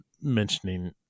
mentioning